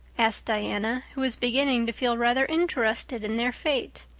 asked diana, who was beginning to feel rather interested in their fate.